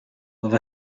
have